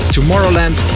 Tomorrowland